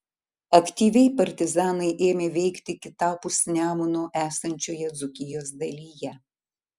aktyviai partizanai ėmė veikti kitapus nemuno esančioje dzūkijos dalyje